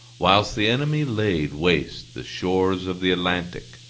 whilst the enemy laid waste the shores of the atlantic,